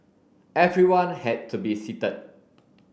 everyone had to be seated